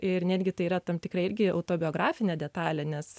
ir netgi tai yra tam tikra irgi autobiografinė detalė nes